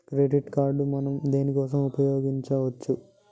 Credit card మనం దేనికోసం ఉపయోగించుకోవచ్చు?